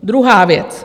Druhá věc.